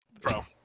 Bro